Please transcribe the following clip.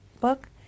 book